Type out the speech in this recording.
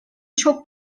çok